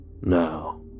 Now